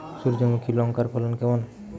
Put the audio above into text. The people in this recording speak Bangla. সূর্যমুখী লঙ্কার ফলন কেমন?